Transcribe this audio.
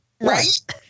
Right